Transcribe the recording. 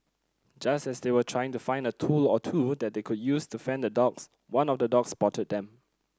just as they were trying to find a tool or two that they could use to fend off the dogs one of the dogs spotted them